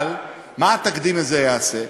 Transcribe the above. אבל מה התקדים הזה יעשה?